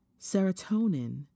serotonin